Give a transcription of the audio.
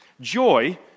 Joy